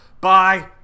bye